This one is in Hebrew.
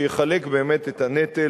שיחלק באמת את הנטל